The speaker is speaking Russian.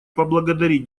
поблагодарить